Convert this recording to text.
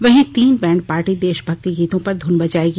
वहीं तीन band party देशभक्ति गीतों पर धुन बजायेगी